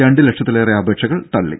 രണ്ട് ലക്ഷത്തിലേറെ അപേക്ഷകൾ തള്ളി